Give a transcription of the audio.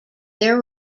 their